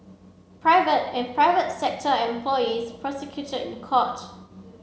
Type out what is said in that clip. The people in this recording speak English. private and private sector employees prosecuted in court